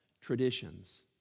traditions